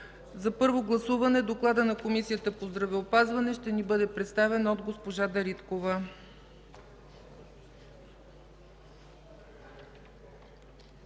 За първо гласуване докладът на Комисията по здравеопазването ще ни бъде представен от госпожа Дариткова.